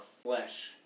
flesh